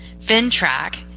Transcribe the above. FinTrack